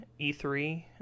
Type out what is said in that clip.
E3